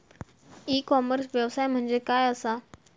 E commerce व्यवसाय म्हणजे काय असा?